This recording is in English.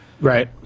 Right